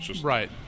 Right